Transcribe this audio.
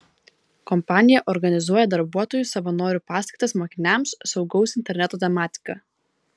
kompanija organizuoja darbuotojų savanorių paskaitas mokiniams saugaus interneto tematika